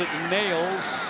nails.